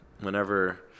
whenever